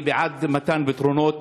אני בעד מתן פתרונות.